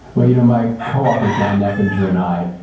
well, you know my co-author, john neffinger and i,